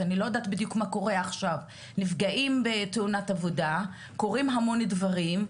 קורים המון דברים,